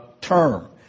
term